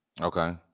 Okay